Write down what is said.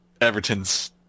Everton's